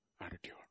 attitude